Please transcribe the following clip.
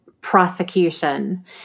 prosecution